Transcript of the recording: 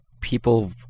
people